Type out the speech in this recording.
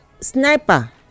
sniper